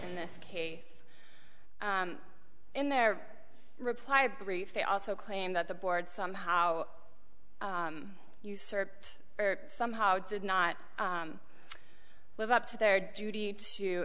in this case in their reply brief they also claim that the board somehow usurped somehow did not live up to their duty to